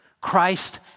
Christ